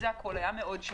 זה הכול, היה מאוד שקט.